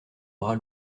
bras